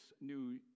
new